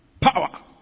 power